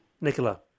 Nicola